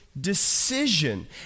decision